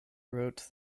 wrote